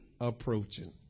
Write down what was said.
approaching